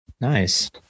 nice